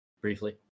briefly